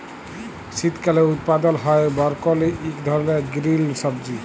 শীতকালে উৎপাদল হ্যয় বরকলি ইক ধরলের গিরিল সবজি